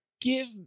Give